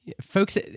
folks